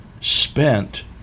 spent